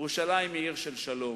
ירושלים היא עיר של שלום,